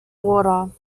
water